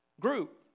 group